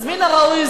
אז מן הראוי,